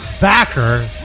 backer